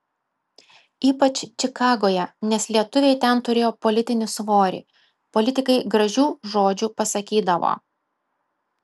ypač čikagoje nes lietuviai ten turėjo politinį svorį politikai gražių žodžių pasakydavo